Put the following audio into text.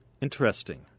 Interesting